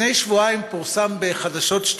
לפני שבועיים פורסם בחדשות 2